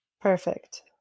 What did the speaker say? Perfect